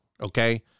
okay